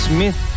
Smith